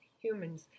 humans